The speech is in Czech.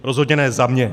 Rozhodně ne za mě.